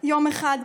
יום אחד.